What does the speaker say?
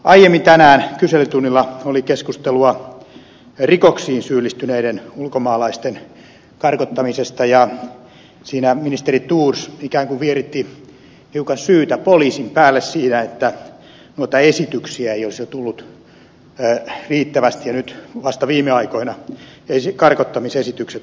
aiemmin tänään kyselytunnilla oli keskustelua rikoksiin syyllistyneiden ulkomaalaisten karkottamisesta ja siinä ministeri thors ikään kuin vieritti hiukan syytä poliisin päälle siinä että noita esityksiä ei olisi tullut riittävästi ja nyt vasta viime aikoina karkottamisesitykset olisivat lisääntyneet